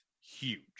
huge